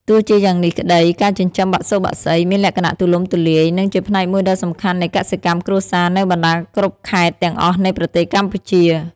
ទោះជាយ៉ាងនេះក្តី ការចិញ្ចឹមបសុបក្សីមានលក្ខណៈទូលំទូលាយ និងជាផ្នែកមួយដ៏សំខាន់នៃកសិកម្មគ្រួសារនៅបណ្តាគ្រប់ខេត្តទាំងអស់នៃប្រទេសកម្ពុជា។